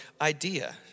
idea